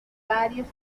varios